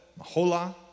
Mahola